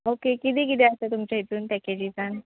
okay किदें किदें आसा तुमच्या हितून पॅकेजिजान